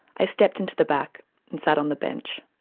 i stepped into the back and sat on the bench.